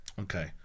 Okay